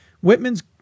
Whitman's